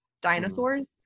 dinosaurs